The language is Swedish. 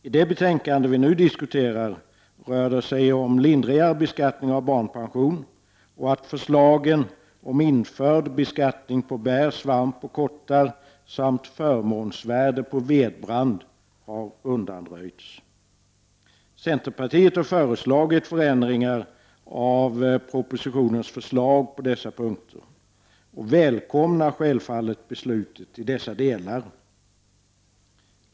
I det betänkande som vi nu diskuterar rör det sig om lindrigare beskattning av barnpension, och förslagen om återinförd beskattning av inkomster på bär, svamp och kottar samt på förmånsvärdet av vedbrand har undanröjts. Centerpartiet har föreslagit förändringar i propositionens förslag på dessa punkter och välkomnar självfallet besluten i dessa delar.